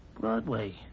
Broadway